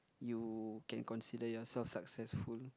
you can consider yourself successful